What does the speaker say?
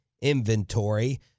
inventory